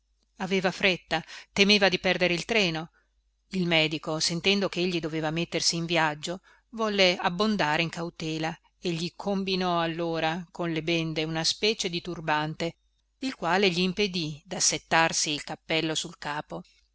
aveva fretta temeva di perdere il treno il medico sentendo chegli doveva mettersi in viaggio volle abbondare in cautela e gli combinò allora con le bende una specie di turbante il quale glimpedì dassettarsi il cappello sul capo